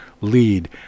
lead